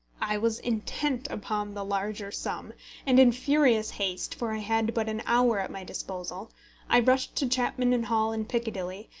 i was intent upon the larger sum and in furious haste for i had but an hour at my disposal i rushed to chapman and hall in piccadilly,